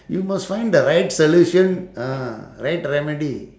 we must find the right solution ah right remedy